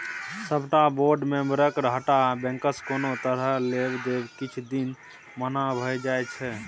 सबटा बोर्ड मेंबरके हटा बैंकसँ कोनो तरहक लेब देब किछ दिन मना भए जाइ छै